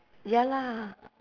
ya lah